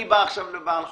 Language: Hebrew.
עכשיו לבעל חנות,